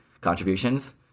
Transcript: contributions